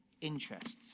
interests